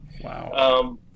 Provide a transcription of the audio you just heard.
Wow